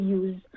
use